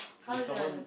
did someone